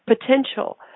potential